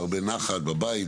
והרבה נחת בבית,